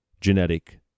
genetic